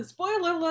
Spoiler